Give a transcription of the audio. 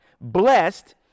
blessed